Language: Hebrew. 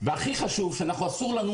הכי חשוב שאסור לנו